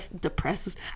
depresses